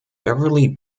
beverly